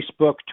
Facebook